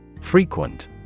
Frequent